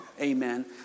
Amen